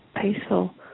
peaceful